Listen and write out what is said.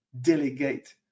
delegate